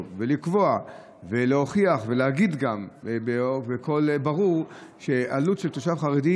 אותו תלמיד או עם אותה משפחה שיש בה הורה אחד שהוא חולה סרטן והילדים